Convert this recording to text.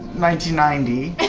nineteen ninety